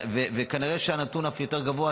וכנראה שהנתון אף יותר גבוה,